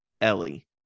Ellie